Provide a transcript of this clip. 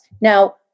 Now